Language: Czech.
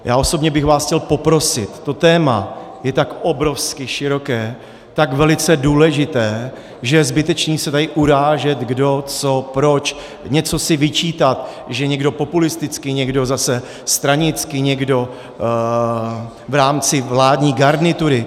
Já osobně bych vás chtěl poprosit, to téma je tak obrovsky široké, tak velice důležité, že je zbytečné se tady urážet, kdo co proč, něco si vyčítat, že někdo populisticky, někdo zase stranicky, někdo v rámci vládní garnitury.